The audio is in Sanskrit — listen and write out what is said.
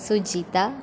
सुजिता